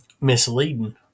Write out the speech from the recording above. misleading